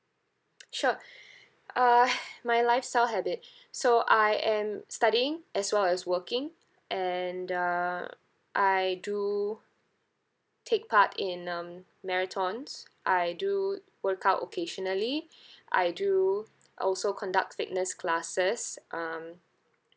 sure uh my life style habit so I am studying as well as working and uh I do take part in um marathons I do work out occasionally I do also conduct fitness classes um